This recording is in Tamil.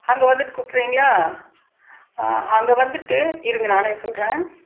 அங்கே வந்துட்டு கூப்பிட்றீங்களா அங்கே வந்துட்டு இருங்க நானே சொல்கிறேன்